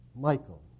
Michael